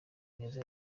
ineza